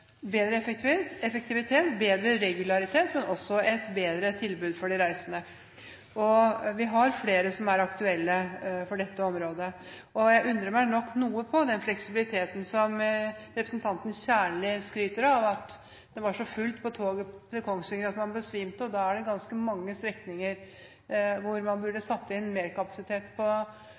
bedre effektivitet, bedre regularitet og også et bedre tilbud for de reisende. Vi har flere strekninger som er aktuelle for dette. Jeg undrer meg nok noe over den fleksibiliteten som representanten Kjernli skryter av, når det var så fullt på toget til Kongsvinger at man besvimte. Hvis det var slik, var det ganske mange strekninger der man burde ha satt inn mer togkapasitet, men man har ikke kapasitet